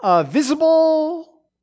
visible